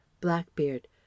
Blackbeard